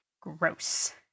Gross